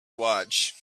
watch